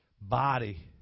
body